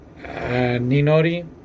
ninori